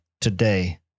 today